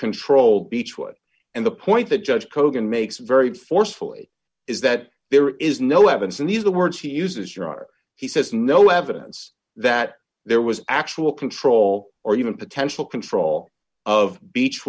control beechwood and the point that judge kogan makes very forcefully is that there is no evidence and he's the words he uses your honor he says no evidence that there was actual control or even potential control of beech